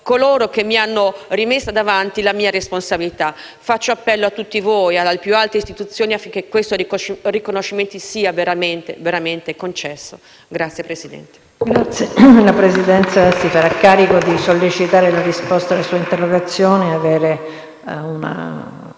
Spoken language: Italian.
coloro che mi hanno rimessa davanti alla mia responsabilità. Faccio appello a tutti voi e alle più alte istituzioni affinché questo riconoscimento sia veramente concesso. *(Applausi del